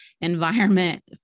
environment